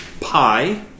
Pi